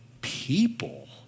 people